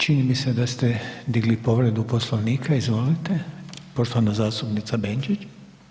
Čini mi se da ste digli povredu Poslovnika, izvolite, poštovana zastupnica Benčić.